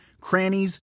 crannies